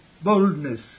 boldness